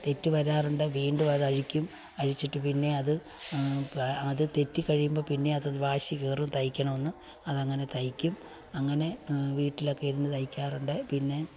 തെറ്റു വരാറുണ്ട് വീണ്ടും അത് അഴിക്കും അഴിച്ചിട്ട് പിന്നേ അത് അത് തെറ്റി കഴിയുമ്പോൾ പിന്നേയും അത് വാശി കയറും തയ്ക്കണമെന്ന് അത് അങ്ങനെ തയ്ക്കും അങ്ങനെ വീട്ടിലൊക്കെ ഇരുന്ന് തയ്ക്കാറുണ്ട് പിന്നെ